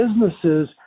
Businesses